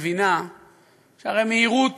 מבינה שמהירות